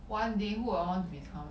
one day who will I one to become ah